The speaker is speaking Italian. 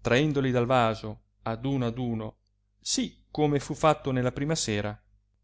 traendoli dal vaso ad uno ad uno sì come fu fatto nella prima sera